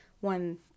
one